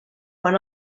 quan